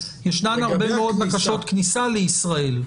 ישנן הרבה מאוד בקשות כניסה לישראל.